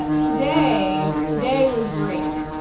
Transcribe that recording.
but today today was great.